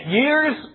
years